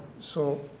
so